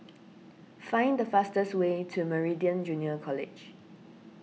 find the fastest way to Meridian Junior College